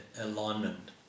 alignment